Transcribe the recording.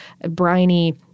briny